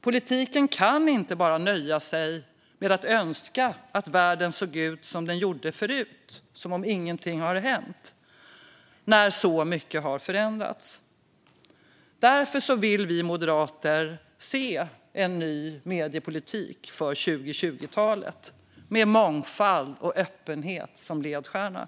Politiken kan inte bara nöja sig med att önska att världen såg ut som den gjorde förut, som om ingenting har hänt när så mycket har förändrats. Därför vill vi moderater se en ny mediepolitik för 2020-talet med mångfald och öppenhet som ledstjärna.